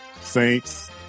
Saints